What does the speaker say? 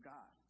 God